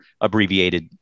abbreviated